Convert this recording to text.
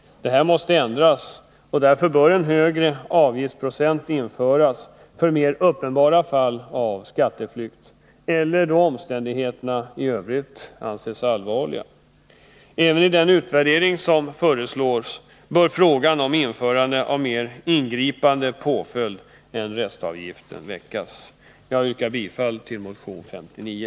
Detta måste ändras. En högre avgiftsprocent bör införas för mer 35 uppenbara fall av skatteflykt eller då omständigheterna i övrigt anses allvarliga. Även i den utvärdering som föreslås bör frågan om införande av mer ingripande påföljd än restavgift väckas. Herr talman! Jag yrkar bifall till motion 59.